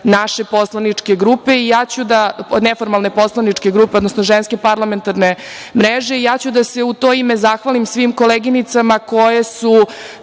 naše neformalne poslaničke grupe, odnosno ženske parlamentarne mreže i ja ću da se u to ime zahvalim svim koleginicama koje su